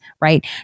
right